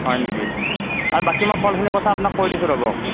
হয় নেকি আৰু বাকী মই ফলখিনিৰ কথা আপোনাক কৈ দিছোঁ ৰ'ব